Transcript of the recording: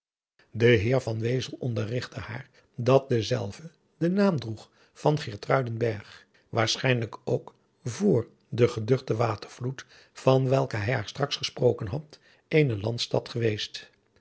van wezel onderrigtte haar dat dezelve den naam droeg van geertruidenberg waarschijnlijk ook vr den geduchten watervloed van welken hij haar straks gesproken had eene landstad geweest